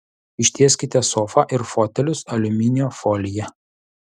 ištieskite sofą ir fotelius aliuminio folija